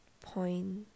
point